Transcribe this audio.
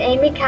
Amy